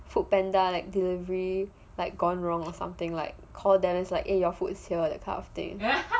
foodpanda delivery like gone wrong or something like call them is like your food is here that kind of thing